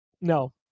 No